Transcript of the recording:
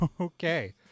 okay